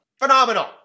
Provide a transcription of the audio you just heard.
Phenomenal